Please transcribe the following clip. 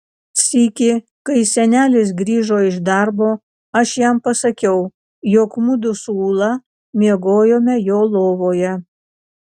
sykį kai senelis grįžo iš darbo aš jam pasakiau jog mudu su ūla miegojome jo lovoje